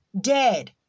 Dead